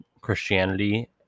Christianity